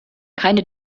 keine